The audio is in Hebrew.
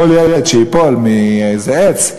כל ילד שייפול מאיזה עץ,